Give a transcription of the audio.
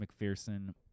McPherson